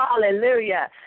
Hallelujah